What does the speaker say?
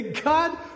God